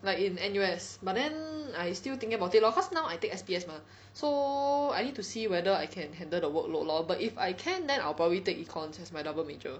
like in N_U_S but then I still thinking about it lor cause now I take S_P_S mah so I need to see whether I can handle the workload lor but if I can then I'll probably take econs as my double major